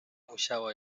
musiała